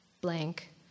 blank